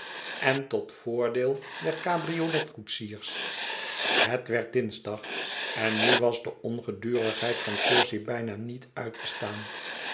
en tot voordeel der cabriolet koetsiers het werd dinsdag en nu was de ongedurigheid van percy bijna niet uit te staan